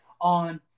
on